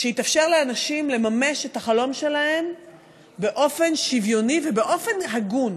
שיתאפשר לאנשים לממש את החלום שלהם באופן שוויוני ובאופן הגון.